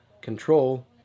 control